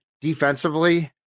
defensively